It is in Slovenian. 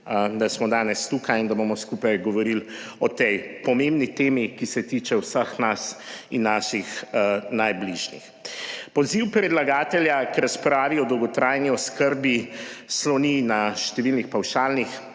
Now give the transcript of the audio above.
da smo danes tukaj in da bomo skupaj govorili o tej pomembni temi, ki se tiče vseh nas in naših najbližjih. Poziv predlagatelja k razpravi o dolgotrajni oskrbi sloni na številnih pavšalnih,